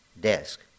desk